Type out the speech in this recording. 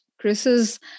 Chris's